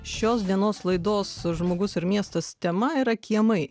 šios dienos laidos žmogus ir miestas tema yra kiemai